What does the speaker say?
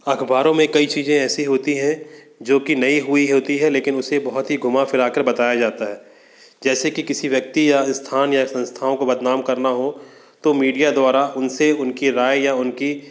अख़बारों में कई चीज़ें ऐसी होती है जो कि नहीं हुई होती है लेकिन उसे बहुत ही घुमा फिरा कर बताया जाता है जैसे कि किसी व्यक्ति या स्थान या संस्थाओं को बदनाम करना हो तो मीडिया द्वारा उन से उनकी राय या उनकी